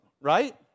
right